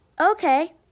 Okay